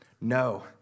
No